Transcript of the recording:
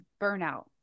burnout